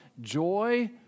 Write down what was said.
joy